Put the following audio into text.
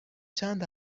چند